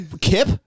Kip